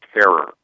terror